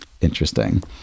Interesting